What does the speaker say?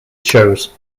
shows